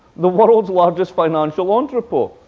the world's largest financial entrepot.